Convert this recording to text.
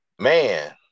man